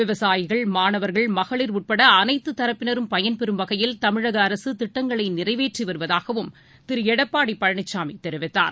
விவசாயிகள் மாணவர்கள் மகளிர் உட்படஅனைத்துரப்பினரும் பயன்பெறும் வகையில் தமிழகஅரசுதிட்டங்களைநிறைவேற்றிவருவதாகவும் திருஎடப்பாடிபழனிசாமிதெரிவித்தார்